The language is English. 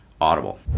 audible